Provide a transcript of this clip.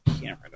camera